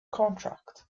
contract